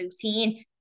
protein